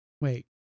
wait